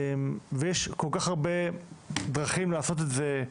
יש כל כך הרבה דרכים לעשות את זה,